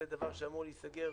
זה דבר שאמור להיסגר